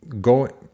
go